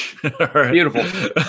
Beautiful